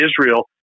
Israel